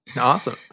awesome